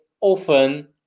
often